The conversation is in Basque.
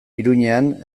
iruñean